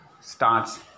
starts